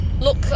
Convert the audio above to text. look